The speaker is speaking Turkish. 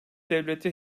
devleti